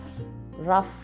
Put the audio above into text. rough